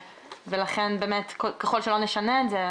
לכן באמת ככל שלא נשנה את זה,